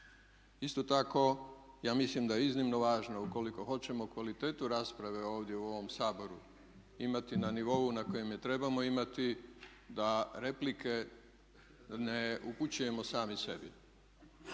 Isto tako ja mislim da je iznimno važno ukoliko hoćemo kvalitetu rasprave ovdje u ovom Saboru imati na nivou na kojem je trebamo imati da replike ne upućujemo sami sebi.